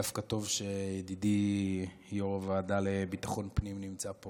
דווקא טוב שידידי יו"ר הוועדה לביטחון פנים נמצא פה